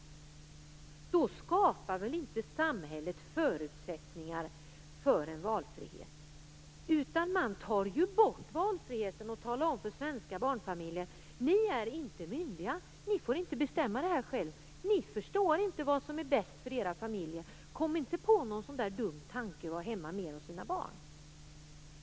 Då skapar väl inte samhället förutsättningar för valfrihet? Man tar ju bort valfriheten och talar om för svenska barnfamiljer: Ni är inte myndiga. Ni får inte bestämma det här själva. Ni förstår inte vad som är bäst för era familjer. Kom inte på någon dum tanke om att vara hemma mer med era barn!